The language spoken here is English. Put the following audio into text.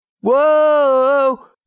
whoa